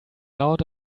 out